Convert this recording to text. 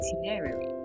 itinerary